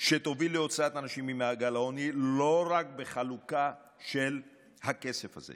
שתוביל להוצאת אנשים ממעגל העוני לא רק בחלוקה של הכסף הזה.